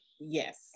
yes